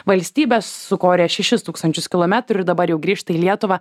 valstybės sukorė šešis tūkstančius kilometrų ir dabar jau grįžta į lietuvą